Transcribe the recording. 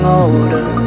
older